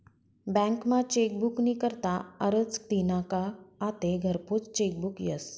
बँकमा चेकबुक नी करता आरजं दिना का आते घरपोच चेकबुक यस